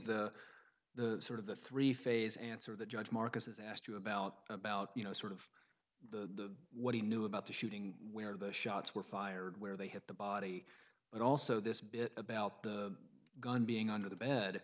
the the sort of the three phase answer the judge marcus is asked you about about you know sort of the what he knew about the shooting where the shots were fired where they hit the body but also this bit about the gun being under the bed